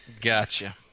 Gotcha